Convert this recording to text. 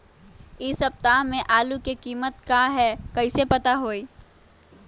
इ सप्ताह में आलू के कीमत का है कईसे पता होई?